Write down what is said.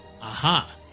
Aha